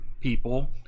people